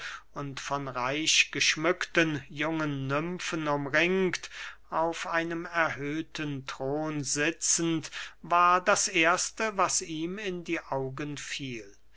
und von reichgeschmückten nymfen umringt auf einem erhöhten thron sitzend war das erste was ihm in die augen fiel